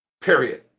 Period